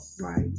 Right